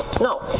No